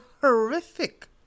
horrific